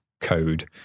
code